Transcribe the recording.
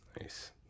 Nice